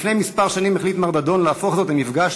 לפני שנים מספר החליט מר דדון להפוך זאת למפגש